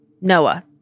Noah